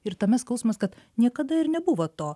ir tame skausmas kad niekada ir nebuvo to